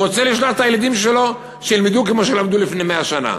הוא רוצה לשלוח את הילדים שלו שילמדו כמו שלמדו לפני 100 שנה,